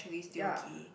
ya